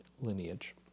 lineage